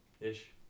Ish